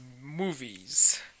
movies